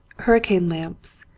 hurricane lamps,